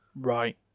Right